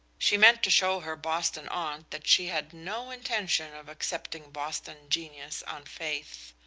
she meant to show her boston aunt that she had no intention of accepting boston genius on faith.